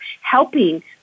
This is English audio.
helping